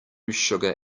sugar